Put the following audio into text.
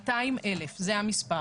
200,000, זה המספר.